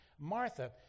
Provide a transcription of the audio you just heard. Martha